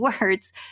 words